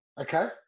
okay